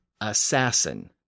assassin